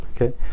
okay